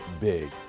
big